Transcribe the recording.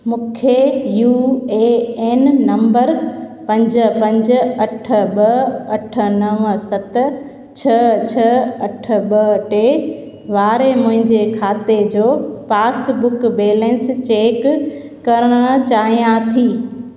मुखे U A N number पंज पंज अठ ॿ अठ नव सत छह छह अठ ॿ टे वारे मुंहिंजे खाते जो पासबुक बैलेंस चेक करण चाहियां थी